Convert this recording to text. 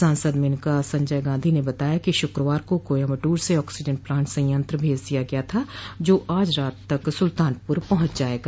सांसद मेनका संजय गांधी ने बताया कि शुक्रवार को कोयंबटूर से आक्सीजन प्लांट सयंत्र भेज दिया गया था जो आज रात तक सुल्तानपुर पहुँच जायेगा